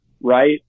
right